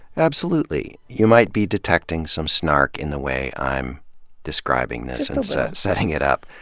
absolutely. you might be detecting some snark in the way i'm describing this and setting it up.